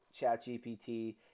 ChatGPT